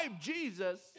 Jesus